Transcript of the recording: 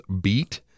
beat